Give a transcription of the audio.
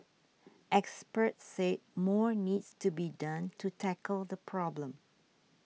experts said more needs to be done to tackle the problem